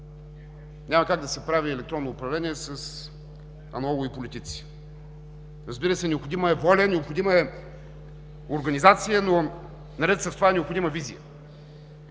няма как да се прави електронно управление с аналогови политици. Разбира се, необходима е воля, необходима е организация, но наред с това е необходима визия.